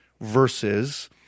Versus